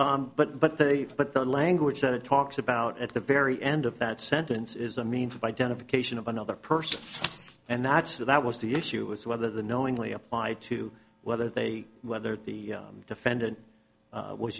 yeah but but they but the language that it talks about at the very end of that sentence is a means of identification of another person and that's the that was the issue was whether the knowingly applied to whether they whether the defendant